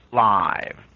live